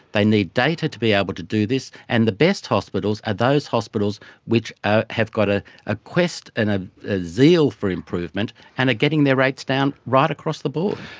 they need data to be able to do this, and the best hospitals are those hospitals which ah have got a ah quest and ah a zeal for improvement and are getting their rates down right across the board.